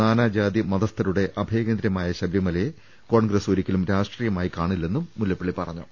നാനാജാതി മതസ്ഥരുടെ അഭയ കേന്ദ്രമായ ശബരിമലയെ കോൺഗ്രസ് ഒരിക്കലും രാഷ്ട്രീയമായി കാണില്ലെന്നും മുല്ലപ്പള്ളി പറഞ്ഞു